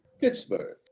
Pittsburgh